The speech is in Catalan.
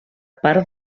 part